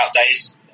days